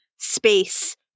space